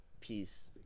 peace